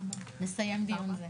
נסיים דיון זה.